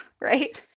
right